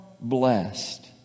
blessed